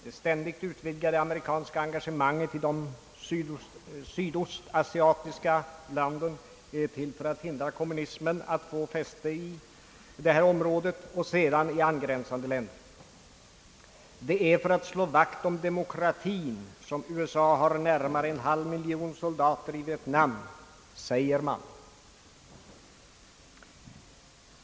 Det ständigt utvidgade amerikanska engagemanget i de sydöstasiatiska länderna är till för att förhindra kommunismen att få fäste i detta område och i angränsande länder. Det är för att slå vakt om demokratien som USA har närmare en halv miljon soldater i Vietnam, säger man.